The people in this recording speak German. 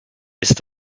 ist